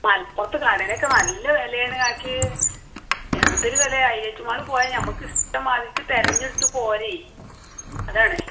മലപ്പുറത്ത് കടേലക്കെ നല്ല വിലയാണ് കാക്കീ എന്തൊരു വിലയാ ഏറ്റുമാള് പോയാൽ നമുക്ക് ഇഷ്ടമാതിരിക്ക് തെരഞ്ഞെടുത്ത് പോരെ അതാണ്